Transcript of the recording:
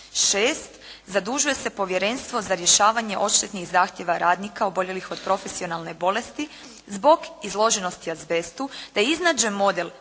6. Zadužuje se Povjerenstvo za rješavanje odštetnih zahtjeva radnika oboljelih od profesionalne bolesti zbog izloženosti azbestu te iznađe model